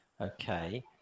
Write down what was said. Okay